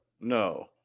No